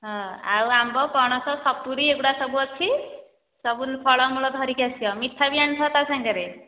ହଁ ଆଉ ଆମ୍ବ ପଣସ ସପୁରି ଏଗୁଡ଼ା ସବୁ ଅଛି ସବୁ ଫଳମୂଳ ଧରିକି ଆସିବ ମିଠା ବି ଆଣିଥିବ ତା ସାଙ୍ଗରେ